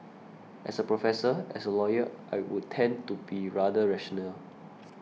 as a professor as a lawyer I would tend to be rather rational